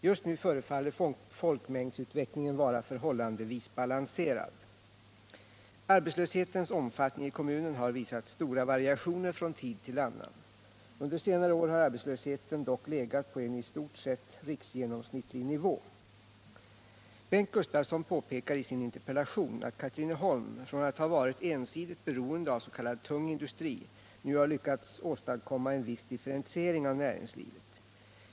Just nu förefaller folkmängdsutvecklingen vara förhållandevis balanserad. Arbetslöshetens omfattning i kommunen har visat stora variationer från tid till annan. Under senare år har arbetslösheten dock legat på en i stort sett riksgenomsnittlig nivå. Bengt Gustavsson påpekar i sin interpellation att Katrineholm, från att ha varit ensidigt beroende av s.k. tung industri, nu har lyckats åstadkomma en viss differentiering av näringslivet.